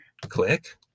Click